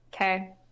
Okay